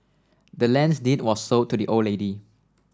the land's deed was sold to the old lady